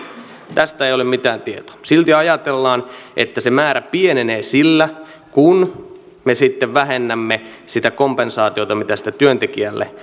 tästä ei ole mitään tietoa silti ajatellaan että se määrä pienenee sillä kun me sitten vähennämme sitä kompensaatiota mitä siitä työntekijälle